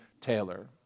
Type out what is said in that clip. Taylor